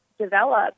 develop